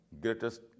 greatest